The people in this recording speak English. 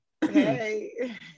hey